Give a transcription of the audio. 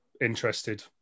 interested